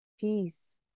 peace